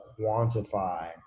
quantify